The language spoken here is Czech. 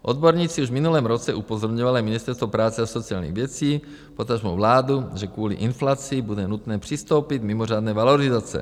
Odborníci už v minulém roce upozorňovali Ministerstvo práce a sociálních věcí, potažmo vládu, že kvůli inflaci bude nutné přistoupit k mimořádné valorizaci.